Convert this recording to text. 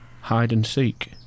hide-and-seek